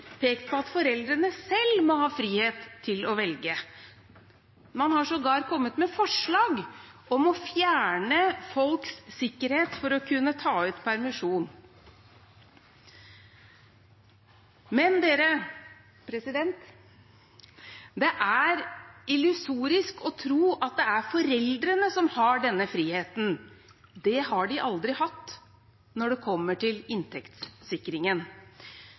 pekt på at foreldrene selv må ha frihet til å velge. Man har sågar kommet med forslag om å fjerne folks sikkerhet for å kunne ta ut permisjon. Men det er illusorisk å tro at det er foreldrene som har denne friheten. Det har de aldri hatt når det gjelder inntektssikringen.